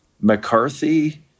McCarthy